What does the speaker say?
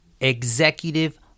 executive